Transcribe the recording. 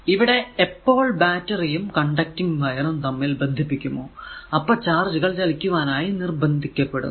ഇവിടെ എപ്പോൾ ബാറ്ററി യും കണ്ടക്റ്റിംഗ് വയർ conducting wire ഉം തമ്മിൽ ബന്ധിപ്പിക്കുമോ അപ്പോൾ ചാർജുകൾ ചലിക്കുവാനായി നിർബന്ധിക്കപ്പെടുന്നു